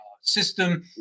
system